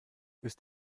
ist